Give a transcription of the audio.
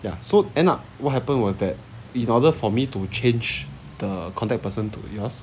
ya so end up what happened was that in order for me to change the contact person to yours